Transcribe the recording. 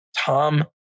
Tom